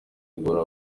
guhora